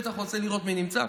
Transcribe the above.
הוא בטח רוצה לראות מי נמצא,